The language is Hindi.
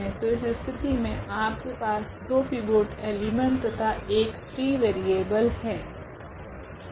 तो इस स्थिति मे आपके पास 2 पिवोट एलिमेंट्स तथा 1 फ्री वेरिएबल है